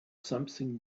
something